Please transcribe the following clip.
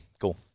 cool